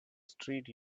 street